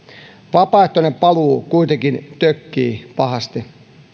vapaaehtoinen paluu kuitenkin tökkii pahasti